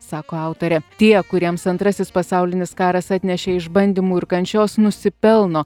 sako autorė tie kuriems antrasis pasaulinis karas atnešė išbandymų ir kančios nusipelno